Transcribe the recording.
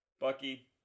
Bucky